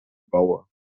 baue